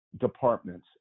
departments